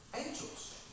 angels